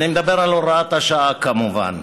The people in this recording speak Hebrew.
אני מדבר על הוראת השעה, כמובן.